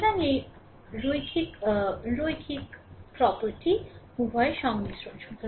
সুতরাং এই রৈখিক property উভয়ের সংমিশ্রণ